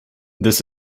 this